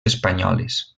espanyoles